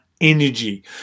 energy